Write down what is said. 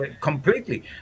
completely